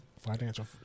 Financial